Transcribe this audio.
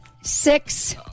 six